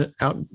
out